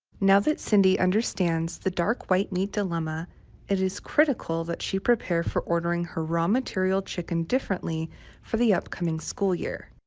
now that cindy understands the dark white meat dilemma it is critical that she prepare for ordering her raw material chicken differently for the upcoming school year.